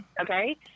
Okay